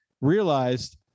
realized